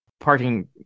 parking